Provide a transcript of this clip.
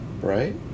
right